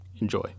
Enjoy